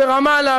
ברמאללה,